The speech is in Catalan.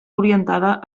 orientada